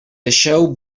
deixeu